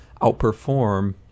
outperform